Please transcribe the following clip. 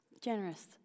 Generous